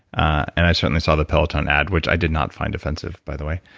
and i certainly saw the peloton ad, which i did not find offensive by the way.